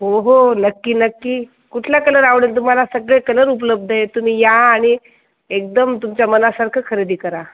हो हो नक्की नक्की कुठला कलर आवडेल तुम्हाला सगळे कलर उपलब्ध आहे तुम्ही या आणि एकदम तुमच्या मनासारखं खरेदी करा